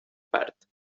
part